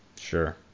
Sure